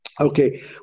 Okay